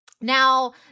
now